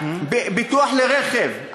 ביטוח לרכב,